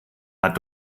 hat